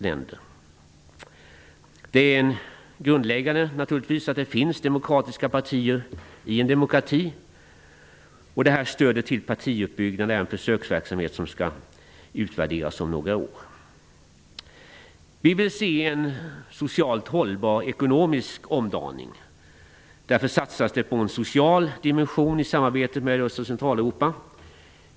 Det är naturligtvis grundläggande att det finns demokratiska partier i en demokrati. Stödet till partiuppbyggnad är en försöksverksamhet som skall utvärderas om några år. Vi vill se en socialt hållbar ekonomisk omdaning. Därför satsas det på en social dimension i samarbetet med Öst och Centraleuropa.